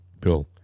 Bill